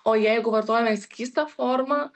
o jeigu vartojame skystą formą